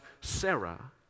Sarah